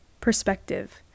perspective